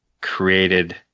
created